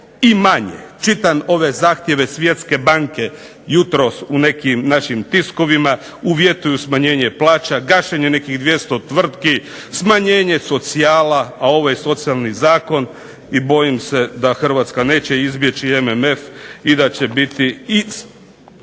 i manje. Čitam ove zahtjeve Svjetske banke jutros u nekim našim tiskovinama, uvjetuju smanjenje plaća, gašenje nekih 200 tvrtki, smanjenje socijala, a ovo je socijalni zakon. I bojim se da Hrvatska neće izbjeći MMF i da će biti i